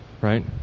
right